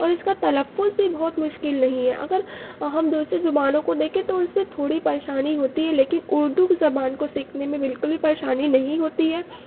اور اس کا تلفظ بھی بہت مشکل نہیں ہے اگر ہم دوسری زبانوں کو دیکھیں تو اس میں تھوڑی پریشانی ہوتی ہے لیکن اردو کی زبان کو سیکھنے میں بالکل بھی پریشانی نہیں ہوتی ہے